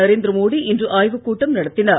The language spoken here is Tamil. நரேந்திர மோடி இன்று ஆய்வுக் கூட்டம் நடத்தினார்